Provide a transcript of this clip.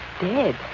dead